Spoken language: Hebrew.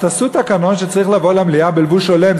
אז תעשו תקנון שצריך לבוא למליאה בלבוש הולם,